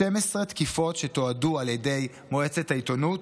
12 תקיפות שתועדו על ידי מועצת העיתונות,